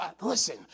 listen